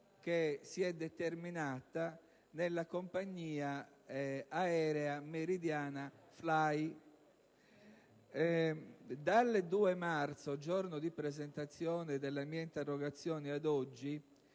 che si è determinata nella compagnia aerea Meridiana Fly. Dal 2 marzo, giorno di presentazione della mia interrogazione, ad oggi